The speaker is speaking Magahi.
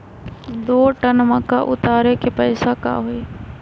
दो टन मक्का उतारे के पैसा का होई?